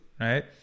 right